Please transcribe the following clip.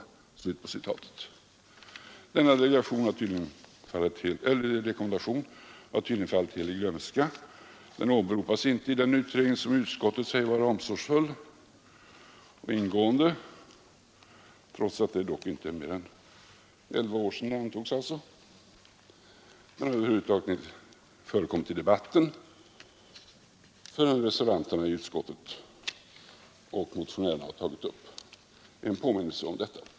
Denna rekommendation har tydligen fallit i glömska. Den åberopades icke i den utredning som utskottet säger var omsorgsfull och ingående, trots att det dock icke är mer än elva år sedan den antogs. Den har över huvud taget inte förekommit i debatten förrän reservanterna i utskottet och motionärerna tog upp en påminnelse om detta.